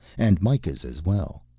and mikah's as well,